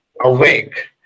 awake